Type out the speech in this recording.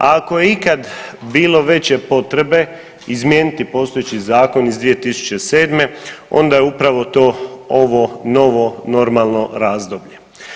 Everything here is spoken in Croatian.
Ako je ikad bilo veće potrebe izmijeniti postojeći zakon iz 2007. onda je upravo to ovo novo normalno razdoblje.